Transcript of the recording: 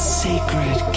sacred